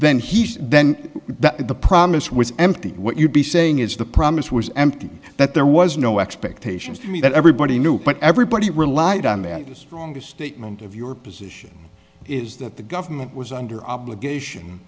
then that the promise was empty what you'd be saying is the promise was empty that there was no expectations to me that everybody knew what everybody relied on that the strongest statement of your position is that the government was under obligation